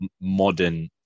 modern